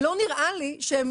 לא נראה לי שהם